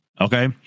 Okay